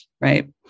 right